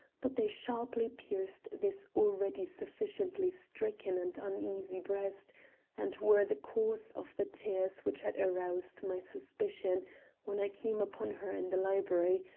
but they sharply pierced this already sufficiently stricken and uneasy breast and were the cause of the tears which had aroused my suspicion when i came upon her in the library,